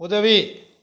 உதவி